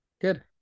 Good